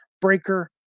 Breaker